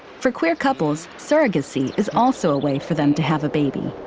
for queer couples, surrogacy is also a way for them to have a baby.